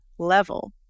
Level